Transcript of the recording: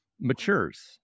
matures